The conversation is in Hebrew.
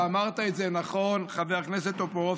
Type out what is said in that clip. אמרת את זה נכון, חבר הכנסת טופורובסקי.